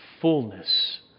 fullness